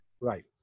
Right